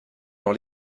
dans